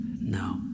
no